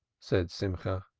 said simcha.